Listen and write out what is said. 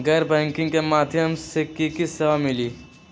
गैर बैंकिंग के माध्यम से की की सेवा मिली?